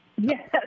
Yes